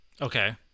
Okay